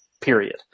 period